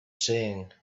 saying